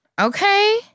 Okay